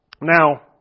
Now